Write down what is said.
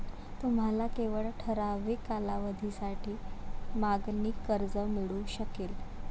तुम्हाला केवळ ठराविक कालावधीसाठी मागणी कर्ज मिळू शकेल